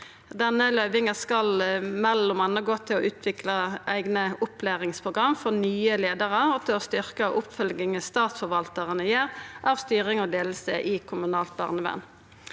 Denne løyvinga skal m.a. gå til å utvikla eigne opplæringsprogram for nye leiarar og til å styrkja oppfølginga statsforvaltarane gjer av styring og leiing i kommunalt barnevern.